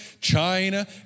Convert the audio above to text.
China